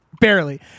Barely